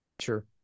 Sure